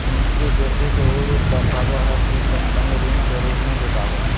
पूंजी वृद्धि के उ रूप दर्शाबो हइ कि कंपनी ऋण के रूप में जुटाबो हइ